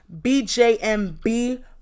BJMB